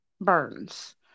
Burns